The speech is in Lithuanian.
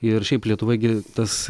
ir šiaip lietuvoj gi tas